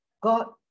God